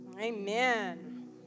Amen